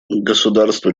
государства